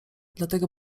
dlatego